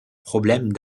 problème